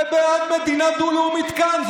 ובעד מדינה דו-לאומית כאן.